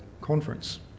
conference